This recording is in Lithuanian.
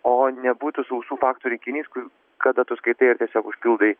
o nebūtų sausų faktų rinkinys kur kada tu skaitai ir tiesiog užpildai